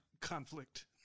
conflict